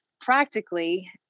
practically